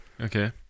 Okay